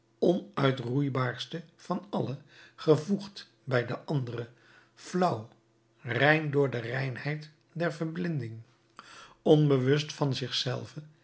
onuitroeibaarste van alle gevoegd bij de andere flauw rein door de reinheid der verblinding onbewust van